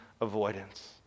avoidance